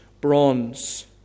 bronze